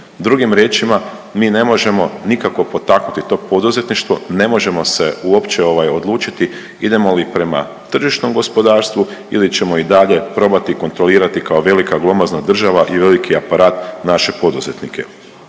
Drugim riječima, mi ne možemo nikako potaknuti to poduzetništvo, ne možemo se uopće ovaj odlučiti idemo li prema tržišnom gospodarstvu ili ćemo i dalje probati kontrolirati kao velika glomazna država i veliki aparat naše poduzetnike